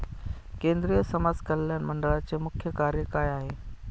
केंद्रिय समाज कल्याण मंडळाचे मुख्य कार्य काय आहे?